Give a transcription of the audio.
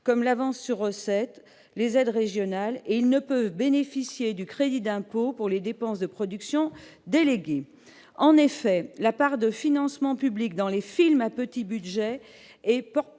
comme l'avance sur recettes, les aides régionales et il ne peut bénéficier du crédit d'impôt pour les dépenses de production déléguée en effet la part de financement public dans les films à petit budget et